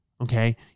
Okay